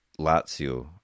Lazio